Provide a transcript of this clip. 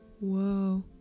Whoa